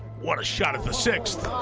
what a shot at the sixth.